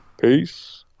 Peace